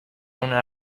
una